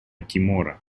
тимора